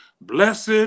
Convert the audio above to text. blessed